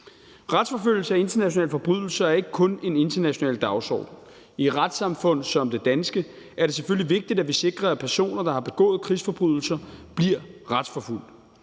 Retsforfølgelse for internationale forbrydelser er ikke kun en international dagsorden. I et retssamfund som det danske er det selvfølgelig vigtigt, at vi sikrer, at personer, der har begået krigsforbrydelser, bliver retsforfulgt.